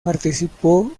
participó